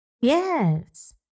Yes